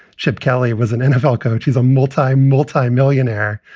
chip kelly, was an nfl coach, is a multi multimillionaire,